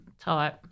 type